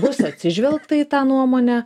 bus atsižvelgta į tą nuomonę